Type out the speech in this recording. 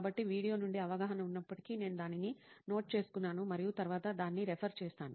కాబట్టి వీడియో నుండి అవగాహన ఉన్నప్పటికీ నేను దానిని నోట్ చేసుకున్నాను మరియు తరువాత దాన్ని రెఫర్ చేస్తాను